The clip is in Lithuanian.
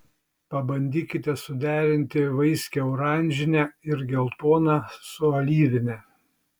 pabandykite suderinti vaiskią oranžinę ir geltoną su alyvine